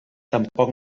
tampoc